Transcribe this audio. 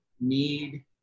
need